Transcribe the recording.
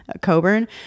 Coburn